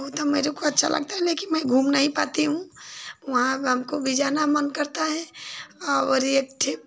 बहुत मेरे को अच्छा लगता है लेकिन मैं घूम नहीं पाती हूँ वहाँ हमको भी जाना मन करता है और एक